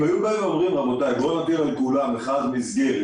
אם היו אומרים: נטיל על כולם מכרז מסגרת